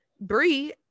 Brie